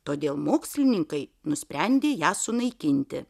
todėl mokslininkai nusprendė ją sunaikinti